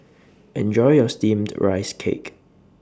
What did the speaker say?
Enjoy your Steamed Rice Cake